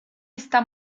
está